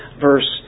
verse